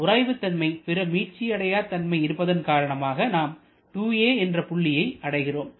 உராய்வுதன்மை பிற மீட்சிஅடையாதன்மை இருப்பதன் காரணமாக நாம் 2a என்ற புள்ளியை அடைகிறோம்